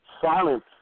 silence